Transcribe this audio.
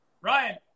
Ryan